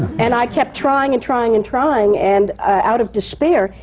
and i kept trying and trying and trying, and out of despair,